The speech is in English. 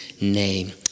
name